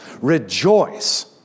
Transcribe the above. Rejoice